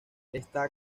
está